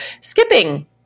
skipping